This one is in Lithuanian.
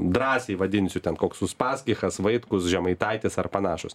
drąsiai vadinsiu ten koks uspaskichas vaitkus žemaitaitis ar panašūs